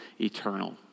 eternal